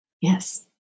yes